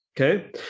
Okay